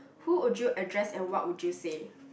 who would you address and what would you say